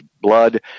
blood